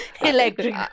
Electric